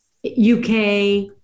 UK